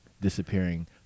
disappearing